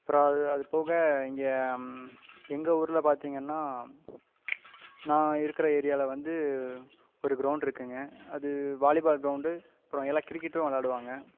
அப்புறோம் அது அது போக இங்கே எங்கள் ஊரில் பார்த்திங்கன்னா நான் இருக்கிற ஏரியாவில் வந்து ஒரு கிரௌண்ட் இருக்குங்க அது வாலிபால் கிரௌண்ட்டு அப்புறம் எல்லா கிரிக்கெட்டும் விளயாடுவாங்க